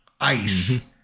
ice